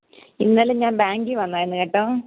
ഇന്നലെ ഞാൻ ബാങ്കിൽ വന്നായിരുന്നു കേട്ടോ